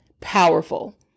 powerful